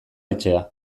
etxea